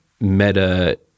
meta